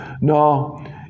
no